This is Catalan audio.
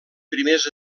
primers